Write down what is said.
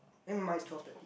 eh no mine is twelve thirty